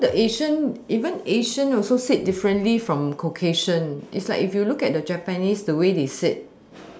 you know the asian even asian also sit different from Caucasian is like if you look at the japanese the way they sit